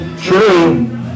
true